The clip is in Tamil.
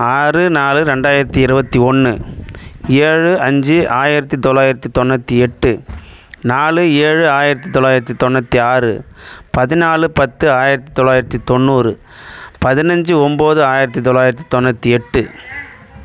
ஆறு நாலு ரெண்டாயிரத்தி இருபத்தி ஒன்று ஏழு அஞ்சு ஆயிரத்தி தொள்ளாயிரத்தி தொண்ணுற்றி எட்டு நாலு ஏழு ஆயிரத்தி தொள்ளாயிரத்தி தொண்ணுற்றி ஆறு பதினாலு பத்து ஆயிரத்தி தொள்ளாயிரத்தி தொண்ணூறு பதினஞ்சு ஒம்பது ஆயிரத்தி தொள்ளாயிரத்தி தொண்ணுற்றி எட்டு